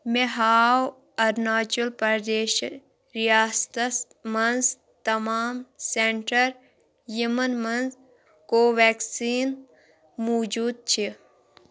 مےٚ ہاو أرناچَل پَردیشہٕ رِیاستَس منٛز تمام سٮ۪نٛٹَر یِمَن منٛز کو وٮ۪کسیٖن موٗجوٗد چھِ